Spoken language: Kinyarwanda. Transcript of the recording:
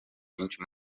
byinshi